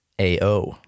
AO